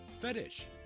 Fetish